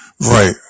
Right